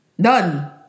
Done